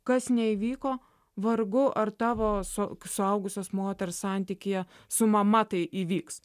kas neįvyko vargu ar tavo su suaugusios moters santykyje su mama tai įvyks